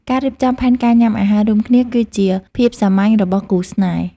ការរៀបចំផែនការញ៉ាំអាហាររួមគ្នាគឺជាភាពសាមញ្ញរបស់គូរស្នេហ៍។